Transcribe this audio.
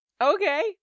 Okay